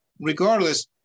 regardless